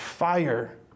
Fire